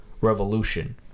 revolution